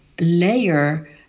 layer